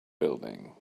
building